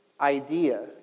idea